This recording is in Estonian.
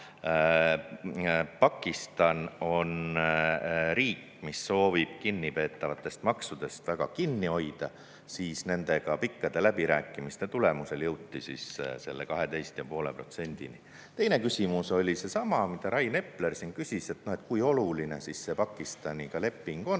Pakistan on riik, mis soovib kinnipeetavatest maksudest väga kinni hoida, siis nendega pikkade läbirääkimiste tulemusel jõuti 12,5%-ni. Teine küsimus oli seesama, mida Rain Epler siin küsis, et kui oluline see leping Pakistaniga on.